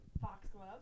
Foxglove